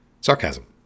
sarcasm